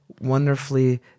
wonderfully